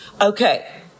Okay